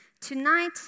Tonight